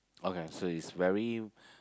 okay so it's very